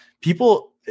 people